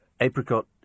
apricot